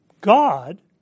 God